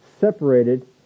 separated